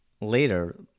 later